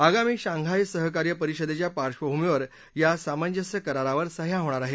आगामी शांघाय सहकार्य परिषदेच्या पार्श्वभूमीवर या सामंजस्य करारावर सद्या होणार आहेत